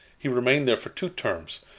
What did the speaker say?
he remained there for two terms,